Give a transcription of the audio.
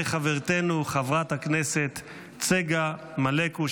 וחברתנו חברת הכנסת צגה מלקו,